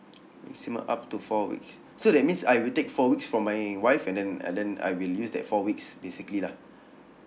maximum up to four weeks so that means I will take four weeks from my wife and then and then I will use that four weeks basically lah